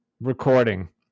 recording